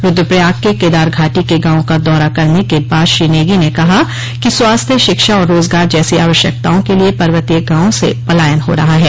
रुद्रप्रयाग के केदारघाटी के गांवों का दौरा करने के बाद श्री नेगी ने कहा कि स्वास्थ्य शिक्षा और रोजगार जैसी आवश्यकताओं के लिए पर्वतीय गांवों से पलायन हो रहा है